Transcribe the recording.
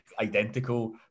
identical